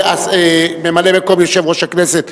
ממלא-מקום יושב-ראש הכנסת,